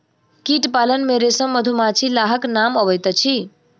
कीट पालन मे रेशम, मधुमाछी, लाहक नाम अबैत अछि